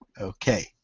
Okay